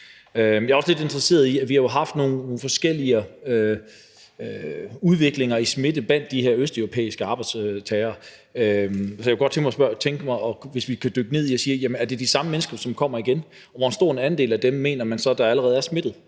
den her lovgivning. Vi har jo også haft nogle forskellige udviklinger i smitte blandt de her østeuropæiske arbejdstagere, så jeg kunne godt tænke mig, at vi kunne dykke ned i det og spørge, om det er de samme mennesker, som kommer igen, og hvor stor en andel af dem man så mener allerede er smittet.